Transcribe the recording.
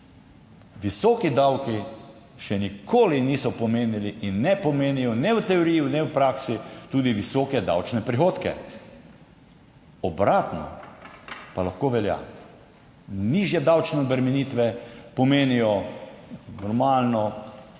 Visoki davki še nikoli niso pomenili in ne pomenijo ne v teoriji ne v praksi tudi visoke davčne prihodke. Obratno pa lahko velja. Nižje davčne obremenitve pomenijo normalno